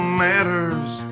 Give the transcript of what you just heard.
matters